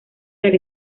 del